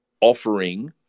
offering